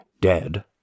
dead